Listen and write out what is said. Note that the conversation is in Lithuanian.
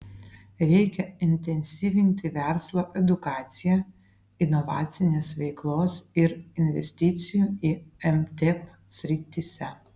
reikia intensyvinti verslo edukaciją inovacinės veiklos ir investicijų į mtep srityse